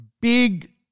big